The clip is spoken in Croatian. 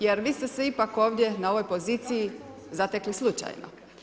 Jer vi ste se ipak ovdje na ovoj poziciji zatekli slučajno.